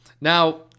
Now